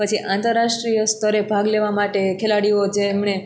પછી આંતરરાષ્ટ્રિય સ્તરે ભાગ લેવા માટે ખેલાડીઓ જેમણે